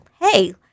hey